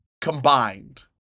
combined